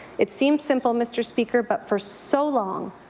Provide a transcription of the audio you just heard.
it seems simple, mr. speaker, but for so long,